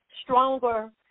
stronger